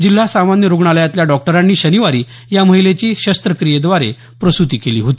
जिल्हा सामान्य रुग्णालयातल्या डॉक्टरांनी शनिवारी या महिलेची शस्त्रक्रियेद्वारे प्रसूती केली होती